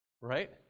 Right